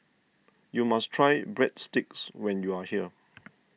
you must try Breadsticks when you are here